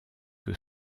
que